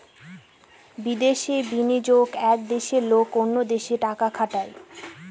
বিদেশে বিনিয়োগ এক দেশের লোক অন্য দেশে টাকা খাটায়